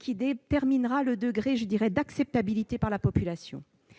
qui déterminera leur degré d'acceptation par la population.